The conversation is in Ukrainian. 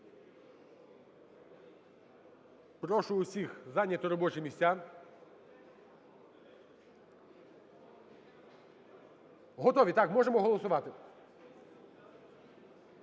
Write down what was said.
Прошу всіх зайняти робочі місця. Готові, так? Можемо голосувати.